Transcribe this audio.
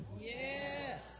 Yes